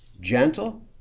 gentle